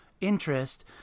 interest